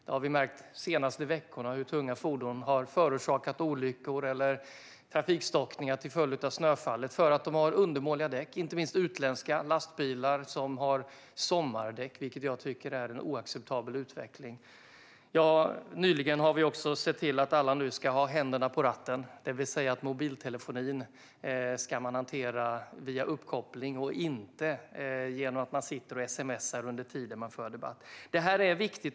De senaste veckorna har vi märkt hur tunga fordon har förorsakat olyckor eller trafikstockningar till följd av snöfallet för att de har undermåliga däck. Det gäller inte minst utländska lastbilar som har sommardäck, vilket jag tycker är en oacceptabel utveckling. Vi har nyligen sett till att alla nu ska ha händerna på ratten, det vill säga att man ska hantera mobiltelefonin via uppkoppling och inte genom att man sitter och sms:ar under tiden man kör. Det är viktigt.